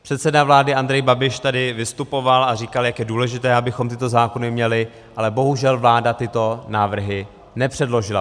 Předseda vlády Andrej Babiš tady vystupoval a říkal, jak je důležité, abychom tyto zákony měli, ale bohužel vláda tyto návrhy nepředložila.